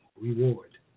reward